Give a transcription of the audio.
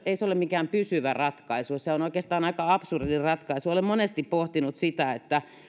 ei se ole mikään pysyvä ratkaisu se on oikeastaan aika absurdi ratkaisu olen monesti pohtinut sitä että